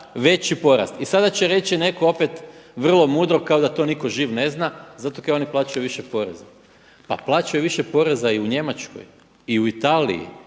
veći porast. I sada će reći netko opet vrlo mudro kao da to nitko živ ne zna, zato kaj oni plaćaju više poreza. Pa plaćaju više poreza i u Njemačkoj i u Italiji